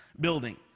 building